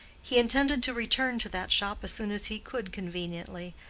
he intended to return to that shop as soon as he could conveniently,